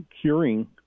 curing